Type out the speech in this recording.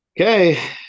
Okay